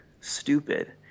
stupid